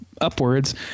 upwards